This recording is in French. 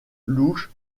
louche